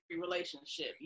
relationship